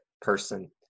person